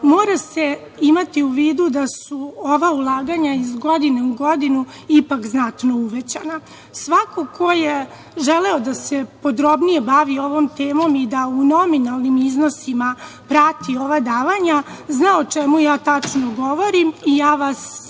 mora se imati u vidu da su ova ulaganja iz godine u godinu ipak znatno uvećana. Svako ko je želeo da se podrobnije bavi ovom temom i da u nominalnim iznosima prati ova davanja zna o čemu ja tačno govorim i ja vas sada